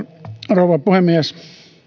rouva puhemies